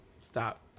Stop